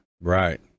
Right